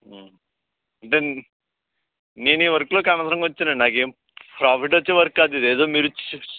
అంటే నేను ఈ వర్క్లోకి అనవసరంగా వచ్చానండి నాకేం ప్రాఫిట్ వచ్చే వర్క్ కాదు ఇది ఇదేదో మీరు